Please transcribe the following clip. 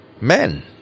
men